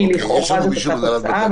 כי לכאורה זו אותה תוצאה,